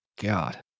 God